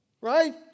Right